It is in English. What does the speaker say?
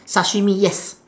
sashimi yes